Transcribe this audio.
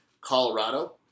Colorado